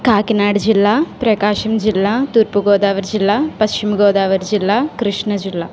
కాకినాడ జిల్లా ప్రకాశం జిల్లా తూర్పుగోదావరి జిల్లా పశ్చిమగోదావరి జిల్లా కృష్ణజిల్లా